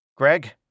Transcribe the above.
Greg